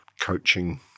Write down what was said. coaching